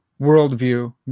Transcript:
worldview